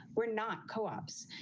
we're not co ops.